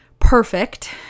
perfect